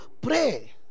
pray